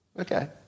Okay